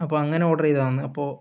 അപ്പം അങ്ങനെ ഓർഡറെയ്തതാണ് അപ്പോൾ